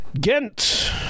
Ghent